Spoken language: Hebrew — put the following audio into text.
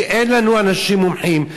כי אין לנו אנשים מומחים.